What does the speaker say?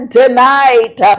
tonight